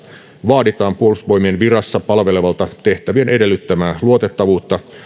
vaaditaan puolustusvoimien virassa palvelevalta tehtävien edellyttämää luotettavuutta